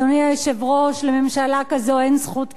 אדוני היושב-ראש, לממשלה כזאת אין זכות קיום.